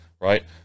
right